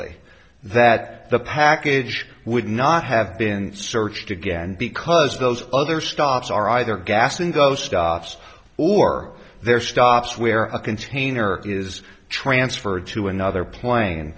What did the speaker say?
unequivocally that the package would not have been searched again because those other stops are either gassing go stops or there stops where a container is transferred to another plane